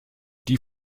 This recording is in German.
die